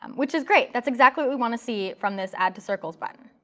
um which is great. that's exactly what we want to see from this add to circles button.